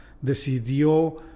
decidió